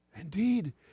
Indeed